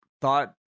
thought